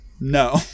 No